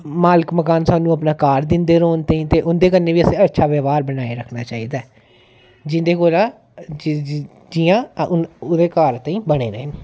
मालक मकान सानूं अपना घर दिंदे रौह्न ते उं'दे कन्नै बी असें अच्छा व्यवहार बनाए रक्खना चाहिदा ऐ जिंदे कोला जियां ओह्दे घर ताईं बने दे न